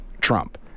Trump